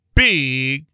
big